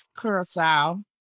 Curacao